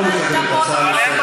אל תיקחו אותם אחורה.